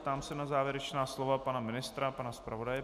Ptám se na závěrečná slova pana ministra a pana zpravodaje.